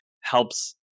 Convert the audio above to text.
helps